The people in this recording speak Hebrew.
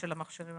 אני